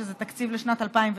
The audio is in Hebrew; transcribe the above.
שזה תקציב לשנת 2009,